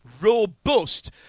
robust